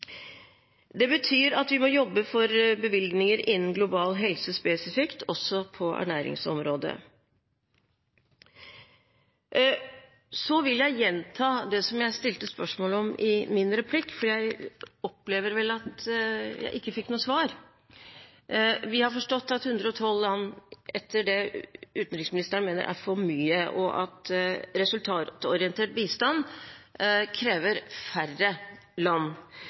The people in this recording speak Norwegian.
Det betyr at vi må jobbe for bevilgninger innen global helse spesifikt, også på ernæringsområdet. Jeg vil gjenta det som jeg stilte spørsmål om i min replikk, for jeg opplever at jeg ikke fikk noe svar. Vi har forstått at utenriksministeren mener at 112 land er for mange, og at resultatorientert bistand krever færre land,